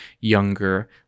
younger